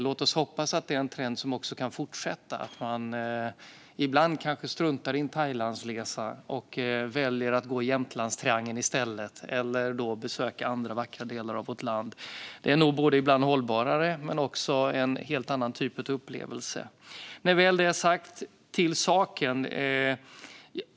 Låt oss hoppas att det är en trend som kan fortsätta och att man ibland kanske struntar i en Thailandsresa och väljer att i stället gå Jämtlandstriangeln eller besöka andra vackra delar av vårt land. Det är nog ibland både hållbarare och en helt annan typ av upplevelse. Med det sagt - till saken!